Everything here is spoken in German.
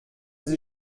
sie